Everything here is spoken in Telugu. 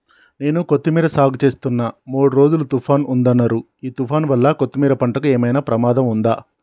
నేను కొత్తిమీర సాగుచేస్తున్న మూడు రోజులు తుఫాన్ ఉందన్నరు ఈ తుఫాన్ వల్ల కొత్తిమీర పంటకు ఏమైనా ప్రమాదం ఉందా?